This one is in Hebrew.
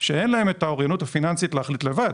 שאין להן את האוריינות הפיננסית להחליט לבד,